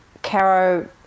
caro